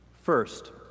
First